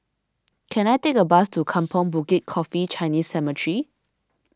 can I take a bus to Kampong Bukit Coffee Chinese Cemetery